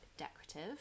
decorative